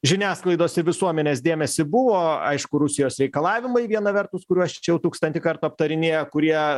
žiniasklaidos ir visuomenės dėmesį buvo aišku rusijos reikalavimai viena vertus kuriuos čia jau tūkstantį kartų aptarinėja kurie